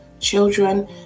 children